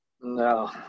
No